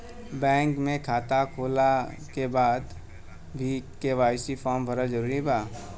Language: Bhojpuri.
बैंक में खाता होला के बाद भी के.वाइ.सी फार्म भरल जरूरी बा का?